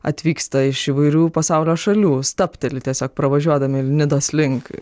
atvyksta iš įvairių pasaulio šalių stabteli tiesiog pravažiuodami nidos link